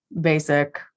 basic